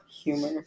Humor